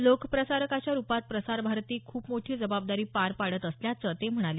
लोक प्रसारकाच्या रुपात प्रसार भारती खूप मोठी जबाबदारी पार पाडत असल्याचं ते म्हणाले